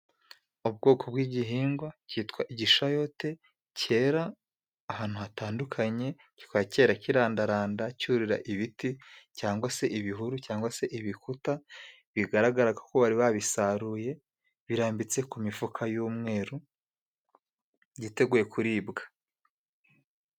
Ubwoko bw'igihingwa kitwa igishayote cyera ahantu hatandukanye, kikaba kera kirandaranda, cyurira ibiti cyangwa se ibihuru, cyangwa se ibikuta, bigaragara ko bari babisaruye. Birambitse ku imifuka y'umweru byiteguye kuribwa.